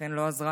ולכן לא עזרה.